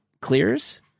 clears